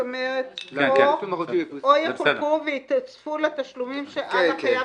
זאת אומרת "או יחולקו ויתווספו לתשלומים שעל החייב